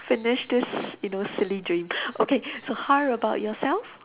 finish this you know silly dream okay so how about yourself